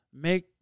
make